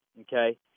Okay